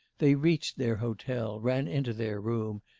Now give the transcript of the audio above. they reached their hotel, ran into their room,